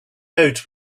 note